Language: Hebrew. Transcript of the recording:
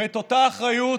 ואותה אחריות,